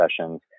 sessions